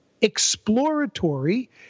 exploratory